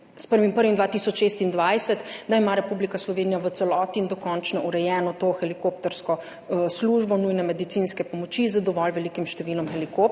1. 2026 Republika Slovenija v celoti in dokončno urejeno to helikoptersko službo nujne medicinske pomoči z dovolj velikim številom helikopterjev